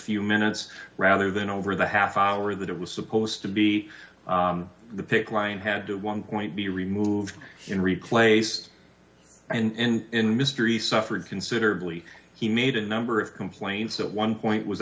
few minutes rather than over the half hour that it was supposed to be the pic line had to one point be removed and replaced and mystery suffered considerably he made a number of complaints at one point was